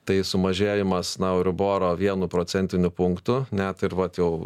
tai sumažėjimas na euriboro vienu procentiniu punktu net ir vat jau